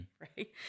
Right